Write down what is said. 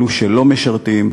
אלו שלא משרתים,